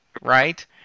right